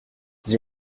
dis